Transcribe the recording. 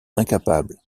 incapable